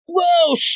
Whoa